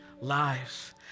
lives